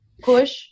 push